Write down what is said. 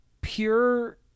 pure